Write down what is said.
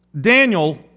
Daniel